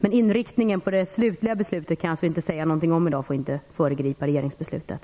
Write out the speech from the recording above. Jag kan i dag inte säga något om inriktningen på det slutliga beslutet. Jag kan inte föregripa regeringsbeslutet.